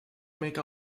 make